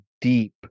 deep